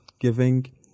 giving